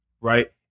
Right